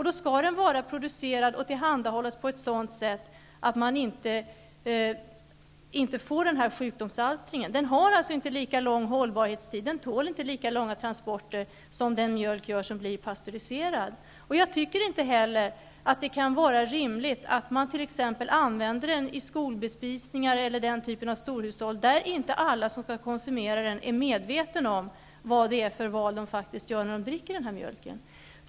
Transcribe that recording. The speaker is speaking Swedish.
Då skall den produceras och tillhandahållas på ett sådant sätt att det inte sker någon sjukdomsalstring. Mjölken har inte lika lång hållbarhetstid och den tål inte lika långa transporter som den mjölk gör som blir pastöriserad. Det kan heller inte vara rimligt att man t.ex. använder den i skolbespisningar eller den typ av storhushåll där inte alla som konsumerar den är medvetna om vad det är för val de faktiskt gör när de dricker mjölken.